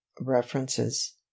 references